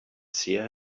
seer